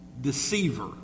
deceiver